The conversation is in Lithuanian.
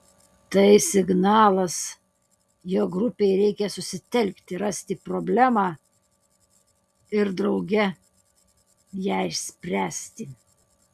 tai signalas jog grupei reikia susitelkti rasti problemą ir drauge ją išspręsti